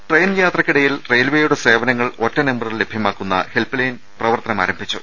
train യാത്രക്കിടയിൽ റെയിൽവേയുടെ സേവനങ്ങൾ ഒറ്റ നമ്പറിൽ ലഭ്യമാക്കുന്ന ഹെൽപ്ലൈൻ പ്രവർത്തനം ആരംഭിച്ചു